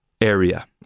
area